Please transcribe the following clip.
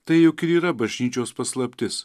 tai juk ir yra bažnyčios paslaptis